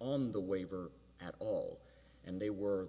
on the waiver at all and they were